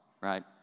right